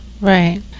right